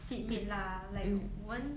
seat mate lah like 我们